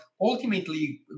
ultimately